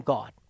God